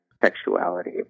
sexuality